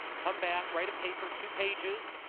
come back, write a paper, two pages,